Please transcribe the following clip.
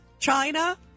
China